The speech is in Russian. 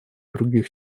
других